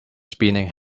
spinning